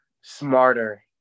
smarter